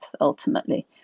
ultimately